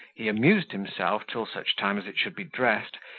he amused himself, till such time as it should be dressed,